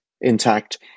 intact